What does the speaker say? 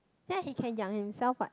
ya he can 养 himself what